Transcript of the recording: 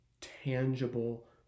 tangible